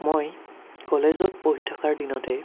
মই কলেজত পঢ়ি থকাৰ দিনতে